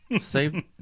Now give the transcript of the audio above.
save